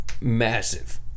massive